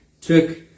took